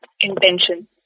intention